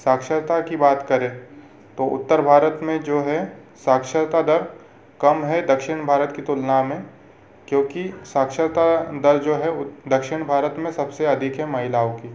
साक्षरता की बात करें तो उत्तर भारत में जो है साक्षरता दर कम है दक्षिण भारत की तुलना में क्योंकि साक्षरता दर जो है वो दक्षिण भारत में सबसे अधिक है महिलाओं की